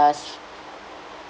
ask